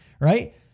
right